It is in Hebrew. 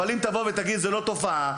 אבל אם תגיד שזה לא תופעה,